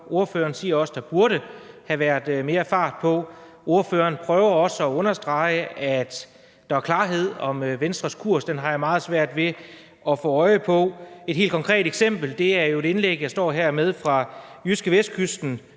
Ordføreren siger også, at der burde have været mere fart på, og ordføreren prøver også at understrege, at der er klarhed om Venstres kurs. Den har jeg meget svært ved at få øje på. Et helt konkret eksempel er jo et indlæg, jeg står med her, fra JydskeVestkysten